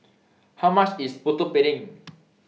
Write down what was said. How much IS Putu Piring